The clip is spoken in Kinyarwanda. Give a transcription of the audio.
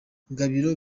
gabiro